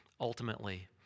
ultimately